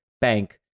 bank